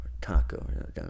Taco